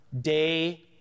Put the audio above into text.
day